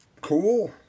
Cool